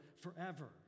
forever